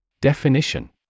Definition